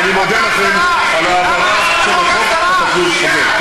ואני מודה לכם על ההעברה של החוק החשוב הזה.